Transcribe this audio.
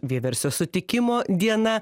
vieversio sutikimo diena